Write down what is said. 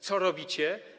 Co robicie?